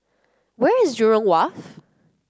where is Jurong Wharf